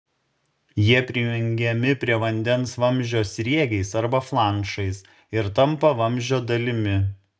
jie prijungiami prie vandens vamzdžio sriegiais arba flanšais ir tampa vamzdžio dalimi